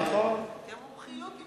כי המומחיות היא בידינו.